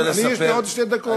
אני, יש לי עוד שתי דקות.